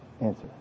answer